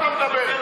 על מה אתה מדבר?